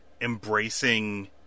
embracing